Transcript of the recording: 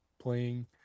playing